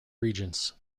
regents